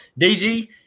DG